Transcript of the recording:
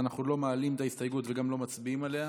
אז אנחנו לא מעלים את ההסתייגות וגם לא מצביעים עליה.